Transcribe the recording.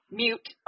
mute